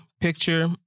picture